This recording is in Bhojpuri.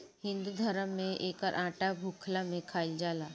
हिंदू धरम में एकर आटा भुखला में खाइल जाला